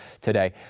today